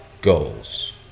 goals